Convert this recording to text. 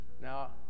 Now